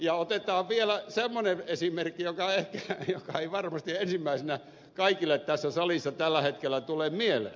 ja otetaan vielä semmoinen esimerkki joka ei varmasti ensimmäisenä kaikille tässä salissa tällä hetkellä tule mieleen